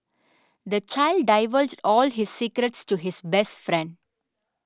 the child divulged all his secrets to his best friend